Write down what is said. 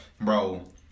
bro